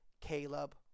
Caleb